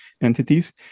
entities